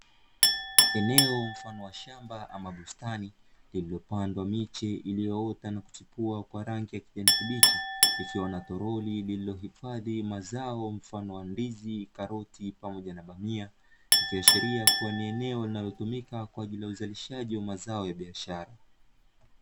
Eneo mfano wa shamba ama bustani lililopandwa miche iliyoota na kuchipua kwa rangi ya kijani kibichi, likiwa na toroli lililohifadhi mazao mfano wa ndizi karoti pamoja na bamia; ikiashiria kuwa ni eneo linalotumika kwa ajili ya uzalishaji wa mazao ya biashara.